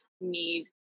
need